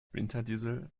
winterdiesel